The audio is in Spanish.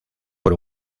por